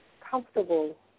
Comfortable